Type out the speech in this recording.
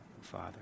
Father